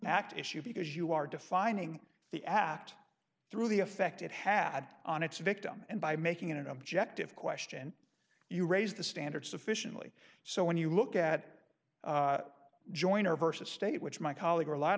act issue because you are defining the act through the effect it had on its victim and by making it an objective question you raise the standard sufficiently so when you look at joyner versus state which my colleague rel